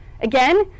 Again